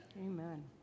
Amen